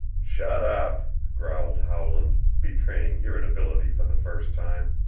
shut up! growled howland, betraying irritability for the first time.